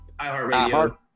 iHeartRadio